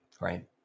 right